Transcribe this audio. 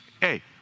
Hey